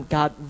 God